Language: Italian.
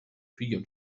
figlio